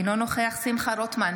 אינו נוכח שמחה רוטמן,